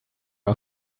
are